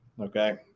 okay